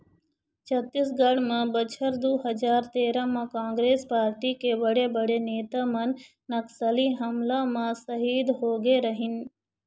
छत्तीसगढ़ म बछर दू हजार तेरा म कांग्रेस पारटी के बड़े बड़े नेता मन नक्सली हमला म सहीद होगे रहिन